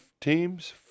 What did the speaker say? teams